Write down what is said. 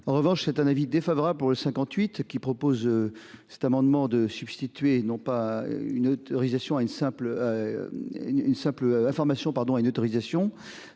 en revanche c'est un avis défavorable pour le 58 qui propose cet amendement de substituer non pas une autorisation à une simple. Une simple information pardon à une autorisation.